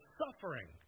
suffering